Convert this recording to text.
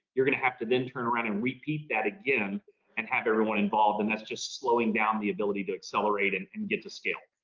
you're going to have to then turn around and repeat that again and have everyone involved. and that's just slowing down the ability to accelerate and and get to scale.